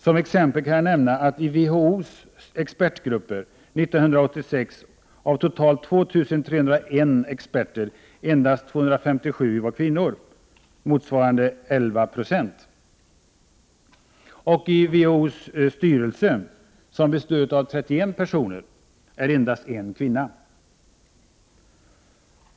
Som exempel kan jag nämna att antalet kvinnor i WHO:s expertgrupp 1986 var 257, eller 11 9c, av totalt 2 301. I WHO:s styrelse, som består av 31 personer, är endast en kvinna.